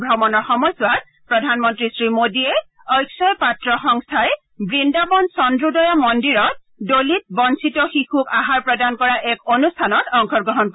ভ্ৰমণৰ সময়ছোৱাত প্ৰধানমন্ত্ৰী শ্ৰী মোডীয়ে অক্ষয় পাত্ৰ সংস্থাই বৃন্দাবন চক্সোদয়া মন্দিৰত দলিত বঞ্চিত শিশুক আহাৰ প্ৰদান কৰা এক অনুষ্ঠানত অংশগ্লহণ কৰিব